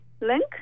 link